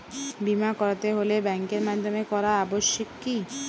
বিমা করাতে হলে ব্যাঙ্কের মাধ্যমে করা আবশ্যিক কি?